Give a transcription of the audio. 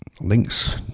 links